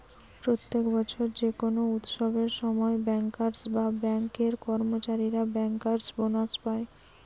প্রত্যেক বছর যে কোনো উৎসবের সময় বেঙ্কার্স বা বেঙ্ক এর কর্মচারীরা বেঙ্কার্স বোনাস পায়